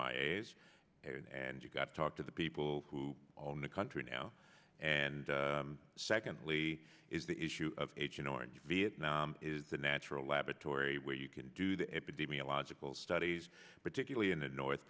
s and you've got to talk to the people who own the country now and secondly is the issue of agent orange vietnam is the natural laboratory where you can do the epidemiological studies particularly in the north